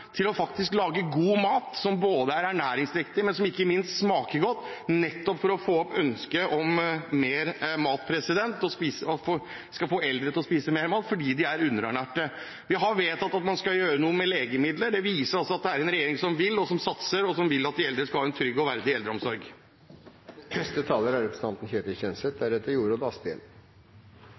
institusjonene, til faktisk å lage god mat som både er ernæringsmessig riktig og ikke minst smaker godt, nettopp for å få opp ønsket om mer mat og få eldre som er underernært, til å spise mer mat. Vi har vedtatt at man skal gjøre noe med legemidler. Det viser at dette er en regjering som vil, som satser, og som vil at de eldre skal ha en trygg og verdig eldreomsorg. Mye av denne debatten handler om penger og hvem som vil putte på aller mest. For opposisjonen er